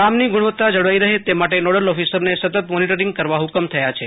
કામની ગુણવત્તા જળવાઇ રફે તે માટે નોડલ ઓફિસરને સતત મોનિટરિંગ કરવા ફકમ થયા છે